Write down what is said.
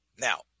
Now